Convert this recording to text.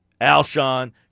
Alshon